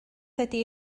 ydy